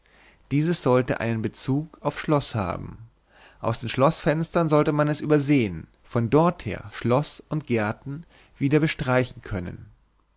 dieses sollte einen bezug aufs schloß haben aus den schloßfenstern sollte man es übersehen von dorther schloß und gärten wieder bestreichen können